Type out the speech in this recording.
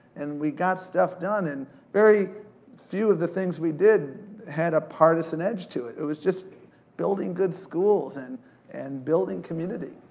and we got stuff done. and very few of the things we did had a partisan edge to it. it was just building good schools and and building community,